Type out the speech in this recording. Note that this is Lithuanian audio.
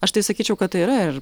aš tai sakyčiau kad tai yra ir